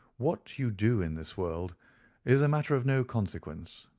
what you do in this world is a matter of no consequence,